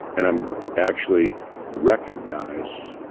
and i'm actually recognize,